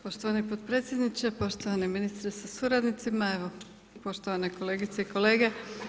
Poštovani potpredsjedniče, poštovani ministre sa suradnicima, evo poštovane kolegice i kolege.